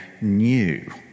new